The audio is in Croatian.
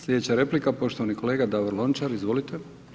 Slijedeća replika poštovani kolega Davor Lončar, izvolite.